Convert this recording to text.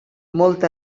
molt